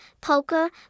poker